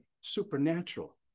supernatural